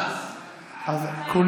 לא שמעת את כל הסיפור.